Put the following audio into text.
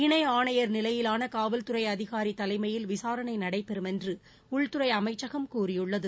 இணை ஆணையர் நிலையிலான காவல்துறை அதிகாரி தலைமையில் விசாரணை நடைபெறும் என்று உள்துறை அமைச்சகம் கூறியுள்ளது